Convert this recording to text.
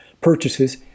purchases